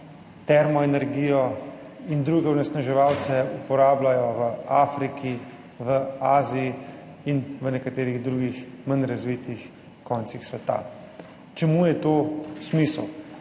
termoenergijo in druge onesnaževalce uporabljajo v Afriki, Aziji in v nekaterih drugih manj razvitih koncih sveta. Kje je tu smisel?